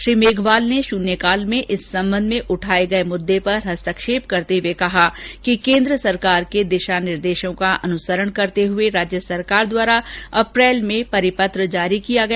श्री मेघवाल ने शून्यकाल में इस संबंध में उठाये गये मुद्दे पर हस्तक्षेप करते हुए कहा कि केन्द्र सरकार के दिशा निर्देशों का अनुसरण करते हुए राज्य सरकार द्वारा अप्रैल में परिपत्र जारी किया गया